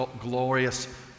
glorious